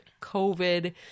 COVID